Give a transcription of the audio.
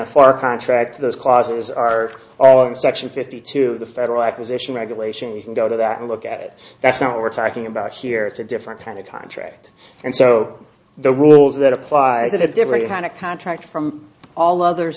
a far contract those clauses are all in section fifty two of the federal acquisition regulation you can go to that and look at it that's not what we're talking about here it's a different kind of contract and so the rules that apply to the different kind of contract from all others